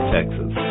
Texas